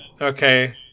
okay